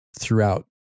throughout